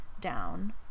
down